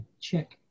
Check